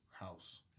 house